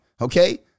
Okay